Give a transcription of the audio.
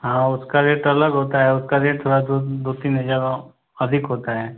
हाँ उसका रेट अलग होता है उसका रेट थोड़ा दो तीन हज़ार और अधिक होता है